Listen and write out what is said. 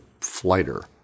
Flighter